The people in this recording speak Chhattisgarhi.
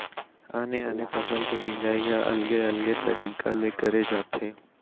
आने आने फसल के मिंजई ह अलगे अलगे तरिका ले करे जाथे